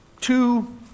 two